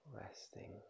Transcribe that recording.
resting